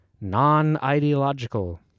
Non-ideological